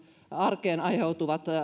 arkeen aiheutuvat muut